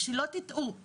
שלא תטעו,